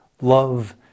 love